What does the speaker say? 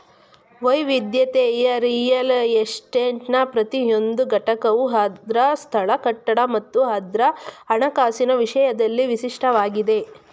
ವೈವಿಧ್ಯತೆಯ ರಿಯಲ್ ಎಸ್ಟೇಟ್ನ ಪ್ರತಿಯೊಂದು ಘಟಕವು ಅದ್ರ ಸ್ಥಳ ಕಟ್ಟಡ ಮತ್ತು ಅದ್ರ ಹಣಕಾಸಿನ ವಿಷಯದಲ್ಲಿ ವಿಶಿಷ್ಟವಾಗಿದಿ